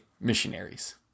missionaries